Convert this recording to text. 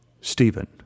Stephen